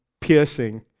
piercing